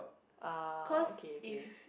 ah okay okay